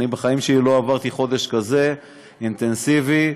אני בחיים שלי לא עברתי חודש אינטנסיבי כזה,